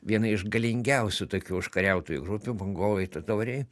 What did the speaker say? viena iš galingiausių tokių užkariautojų grupių mongolai totoriai